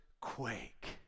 quake